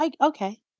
Okay